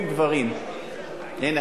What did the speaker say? הנה,